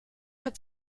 hat